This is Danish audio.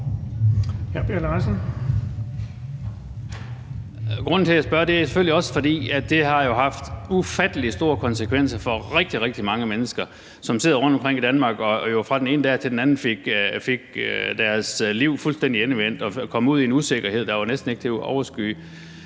Grunden til, at jeg spørger, er jo selvfølgelig også, at det har haft ufattelig store konsekvenser for rigtig, rigtig mange mennesker, som sad rundtomkring i Danmark og jo fra den ene dag til den anden fik deres liv fuldstændig vendt rundt og kom ud i en usikkerhed, der næsten ikke var til at overskue.